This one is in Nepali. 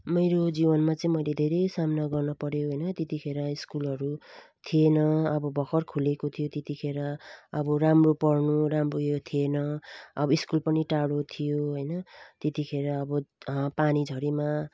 मेरो जीवनमा चाहिँ मैले धेरै सामना गर्नुपर्यो हैन त्यतिखेर स्कुलहरू थिएन अब भर्खर खोलेको थियो त्यतिखेर अब राम्रो पढ्नु राम्रो यो थिएन अब स्कुल पनि टाढा थियो हैन त्यतिखेर अब पानी झरीमा